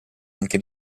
anche